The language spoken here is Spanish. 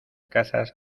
casas